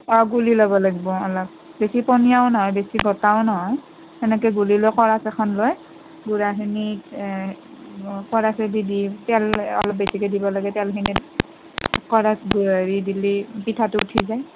অঁ গুলি ল'বা লাগব' অলপ বেছি পনীয়াও নহয় বেছি গোটাও নহয় তেনেকৈ গুলি লৈ কৰচ এখন লৈ গুড়াখিনি কৰচেদি দি তেল অলপ বেছিকৈ দিব লাগে তেলখিনিত কৰচ দি দিলি পিঠাটো উঠি যায়